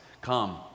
Come